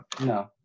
no